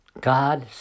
God